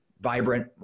vibrant